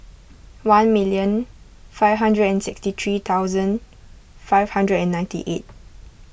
one million five hundred and sixty three thousand five hundred and ninety eight